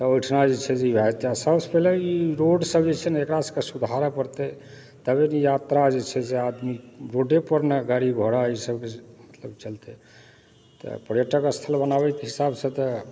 तऽ ओहिठमा जे छै से ई भए जेतै सबसँ पहिने ई रोड सब जे छै ने एकरा सबके सुधारै पड़तै तबे ने यात्रा जे छै से आदमी रोडेपर ने गाड़ी घोड़ा ई सब जे चलतै तऽ पर्यटक स्थल बनाबै के हिसाबसँ